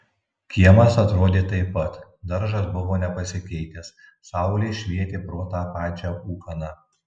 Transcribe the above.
kiemas atrodė taip pat daržas buvo nepasikeitęs saulė švietė pro tą pačią ūkaną